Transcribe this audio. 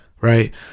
right